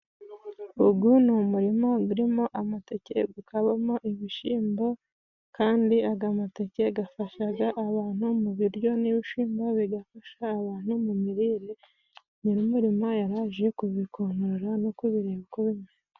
Ugu ni umurima gurimo amateke, gukabamo ibishyimbo, kandi aga mateke gafashaga abantu mu biryo, n'ibishimbo bigafasha abantu mu mirire. Nyir'umurima yari aje kubikonorora no kubireba uko bimeze.